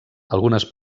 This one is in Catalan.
algunes